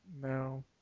No